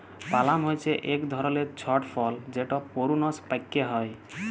পালাম হছে ইক ধরলের ছট ফল যেট পূরুনস পাক্যে হয়